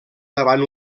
davant